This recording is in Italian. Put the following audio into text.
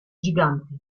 giganti